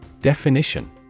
Definition